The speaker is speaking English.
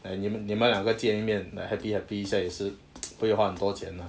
like 你们你们两个见面 like happy happy 一下也是不会花很多钱 mah